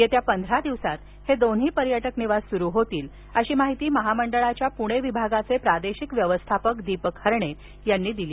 येत्या पंधरा दिवसात हे दोन्ही पर्यटक निवास सुरू होतील अशी माहिती महामंडळाचे पुणे विभागाचे प्रादेशिक व्यवस्थापक दीपक हरणे यांनी दिली